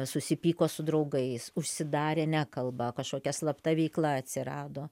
susipyko su draugais užsidarė nekalba kažkokia slapta veikla atsirado